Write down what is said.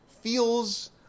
feels